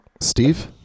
Steve